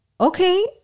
okay